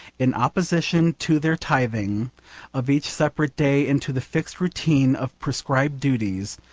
in opposition to their tithing of each separate day into the fixed routine of prescribed duties,